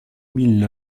mille